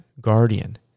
guardian